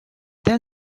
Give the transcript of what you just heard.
then